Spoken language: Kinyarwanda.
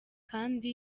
kandi